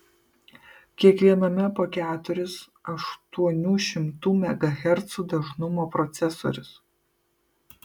kiekviename po keturis aštuonių šimtų megahercų dažnumo procesorius